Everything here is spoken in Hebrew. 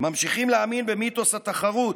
ממשיכים להאמין במיתוס התחרות.